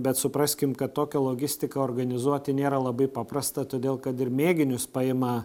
bet supraskim kad tokią logistiką organizuoti nėra labai paprasta todėl kad ir mėginius paima